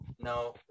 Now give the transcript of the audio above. No